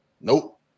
Nope